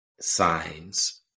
signs